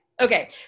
Okay